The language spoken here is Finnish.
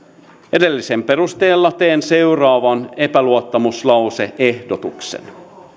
edellisen perusteella teen seuraavan epäluottamuslause ehdotuksen